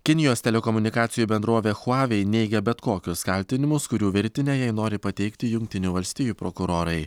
kinijos telekomunikacijų bendrovė huavei neigia bet kokius kaltinimus kurių virtinę jai nori pateikti jungtinių valstijų prokurorai